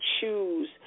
choose